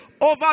over